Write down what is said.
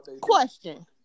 question